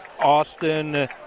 Austin